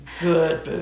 good